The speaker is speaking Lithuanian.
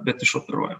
bet išoperuoja